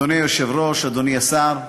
אדוני היושב-ראש, אדוני השר,